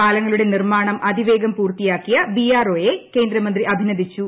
പാലങ്ങളുടെ നിർമാണം അതിവേഗം പൂർത്തിയാക്കിയ ബി ആർ ഓ യെ കേന്ദ്രമന്ത്രി അഭിനന്ദിച്ചു